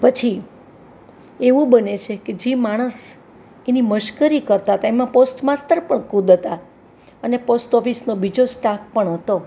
પછી એવું બને છે કે જે માણસ એની મશ્કરી કરતાં હતાં એમાં પોસ્ટ માસ્તર પણ ખુદ હતા અને પોસ્ટ ઓફિસનો બીજો સ્ટાફ પણ હતો